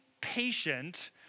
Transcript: patient